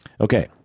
Okay